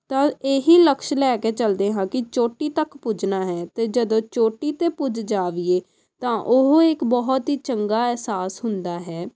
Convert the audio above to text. ਤਾਂ ਇਹ ਹੀ ਲਕਸ਼ ਲੈ ਕੇ ਚਲਦੇ ਹਾਂ ਕਿ ਚੋਟੀ ਤੱਕ ਪੁੱਜਣਾ ਹੈ ਅਤੇ ਜਦੋਂ ਚੋਟੀ 'ਤੇ ਪੁੱਜ ਜਾਈਏ ਤਾਂ ਉਹ ਇੱਕ ਬਹੁਤ ਹੀ ਚੰਗਾ ਅਹਿਸਾਸ ਹੁੰਦਾ ਹੈ